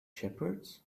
shepherds